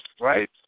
Right